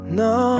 no